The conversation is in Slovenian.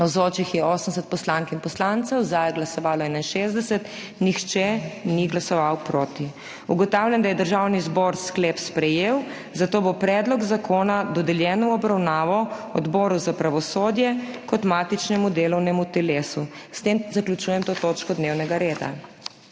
Navzočih je 80 poslank in poslancev, za je glasovalo 61, nihče ni glasoval proti. (Za je glasovalo 61.) (Proti nihče.) Ugotavljam, da je Državni zbor sklep sprejel, zato bo predlog zakona dodeljen v obravnavo Odboru za pravosodje kot matičnemu delovnemu telesu. S tem zaključujem to točko dnevnega reda.